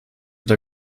der